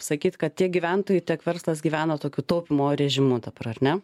sakyt kad tiek gyventojų tiek verslas gyvena tokiu taupymo režimu dabar ar ne